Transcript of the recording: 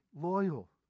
loyal